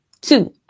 two